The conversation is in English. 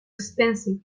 expensive